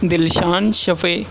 Dilshan Shafi